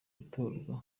gutorwa